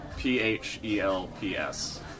P-H-E-L-P-S